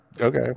Okay